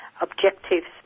objectives